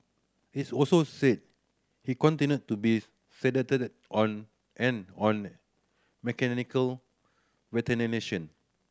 it also said he continued to be sedated on and on mechanical ventilation